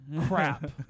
Crap